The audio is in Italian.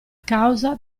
causa